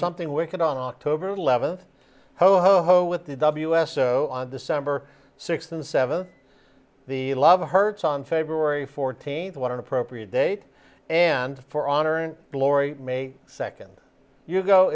something wicked on october eleventh ho ho ho with the ws so on december sixth and seventh the love hearts on february fourteenth what an appropriate date and for honor and glory may second y